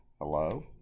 Hello